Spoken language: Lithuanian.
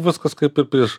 viskas kaip ir prieš